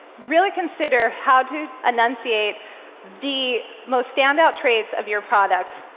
really consider how to enunciate the most standout traits of your product,